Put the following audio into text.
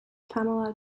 pamela